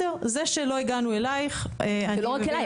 זה שלא הגענו אליך --- זה לא רק אליי.